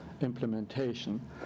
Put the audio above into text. implementation